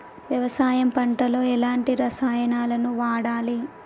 వ్యవసాయం పంట లో ఎలాంటి రసాయనాలను వాడాలి?